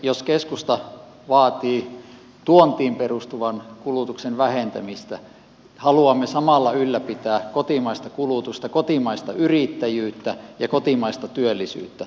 jos keskusta vaatii tuontiin perustuvan kulutuksen vähentämistä haluamme samalla ylläpitää kotimaista kulutusta kotimaista yrittäjyyttä ja kotimaista työllisyyttä